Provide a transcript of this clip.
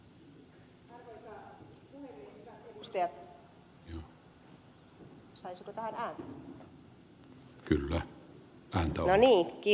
hyvät edustajat